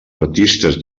artistes